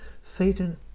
Satan